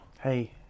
Hey